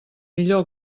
millor